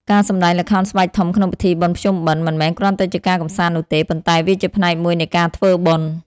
ការសម្តែងល្ខោនស្បែកធំក្នុងពិធីបុណ្យភ្ជុំបិណ្ឌ មិនមែនគ្រាន់តែជាការកម្សាន្តនោះទេ ប៉ុន្តែវាជាផ្នែកមួយនៃការ ធ្វើបុណ្យ។